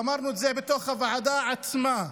ואמרנו את זה בתוך הוועדה עצמה: